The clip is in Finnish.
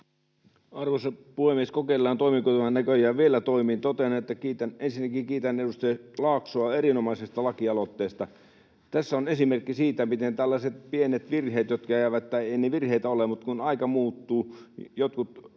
Arvoisa puhemies! — Kokeillaan, toimiiko tämä. Näköjään vielä toimii. Ensinnäkin kiitän edustaja Laaksoa erinomaisesta lakialoitteesta. Tässä on esimerkki siitä, miten tällaiset pienet virheet, jotka jäävät — tai eivät ne virheitä ole, mutta aika muuttuu